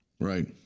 right